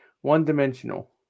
one-dimensional